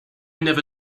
never